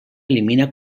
elimina